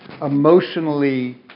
emotionally